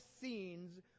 scenes